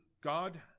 God